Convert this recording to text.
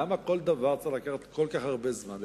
למה כל דבר צריך לקחת כל כך הרבה זמן?